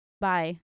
bye